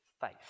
faith